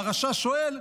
והרשע שואל: